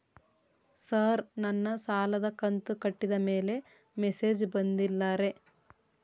sir ನನ್ನ ಸಾಲದ ಕಂತು ಕಟ್ಟಿದಮೇಲೆ ಮೆಸೇಜ್ ಬಂದಿಲ್ಲ ರೇ